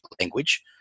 language